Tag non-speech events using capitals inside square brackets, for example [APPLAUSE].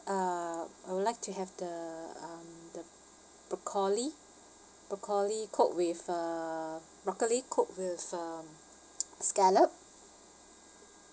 uh I would like to have the um the broccoli broccoli cooked with uh broccoli cooked with uh [NOISE] scallop